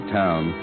town